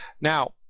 Now